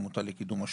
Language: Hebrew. עמותה לקידום השתלות.